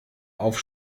auf